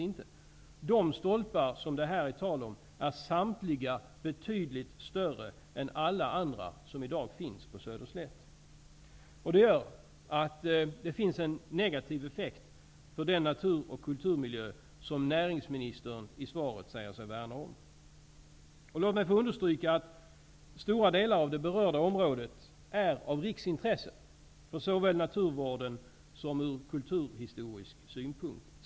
Samtliga de stolpar som det här är tal om är betydligt större än alla andra som i dag finns på Söderslätt. Det gör att det blir en negativ effekt för den natur och kulturmiljö som näringsministern i svaret säger sig slå vakt om. Låt mig understryka att stora delar av det berörda området är av riksintresse, såväl för naturvården som från kulturhistorisk synpunkt.